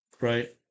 right